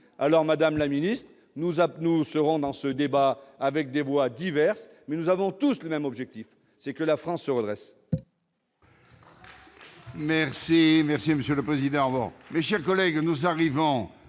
Alors, madame la ministre, nous nous exprimerons dans ce débat avec des voix diverses, mais nous avons tous le même objectif, que la France se redresse